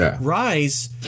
Rise